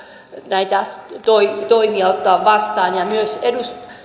näitä toimia toimia ottamaan vastaan myös